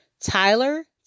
Tyler